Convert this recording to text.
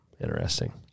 Interesting